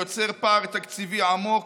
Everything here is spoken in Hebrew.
היוצר פער תקציבי עמוק,